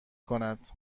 کند